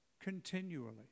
continually